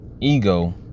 ego